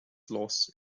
loss